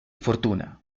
fortuna